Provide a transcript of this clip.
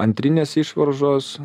antrinės išvaržos